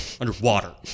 underwater—